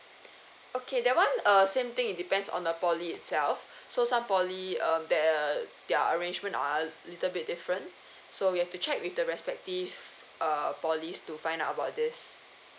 okay that one uh same thing it depends on the poly itself so some poly um they uh their arrangement are a little bit different so we have to check with the respective uh polys to find out about this